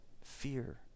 fear